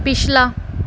पिछला